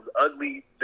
ugly